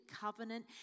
covenant